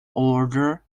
order